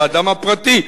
האדם הפרטי,